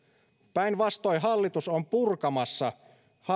päinvastoin hallitus on purkamassa